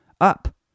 Up